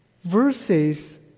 verses